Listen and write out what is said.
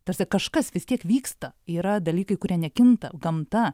tasai kažkas vis tiek vyksta yra dalykai kurie nekinta gamta